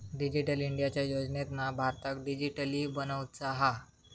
digital इंडियाच्या योजनेतना भारताक डीजिटली बनवुचा हा